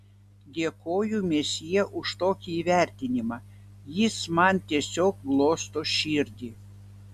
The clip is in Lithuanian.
dėkoju mesjė už tokį įvertinimą jis man tiesiog glosto širdį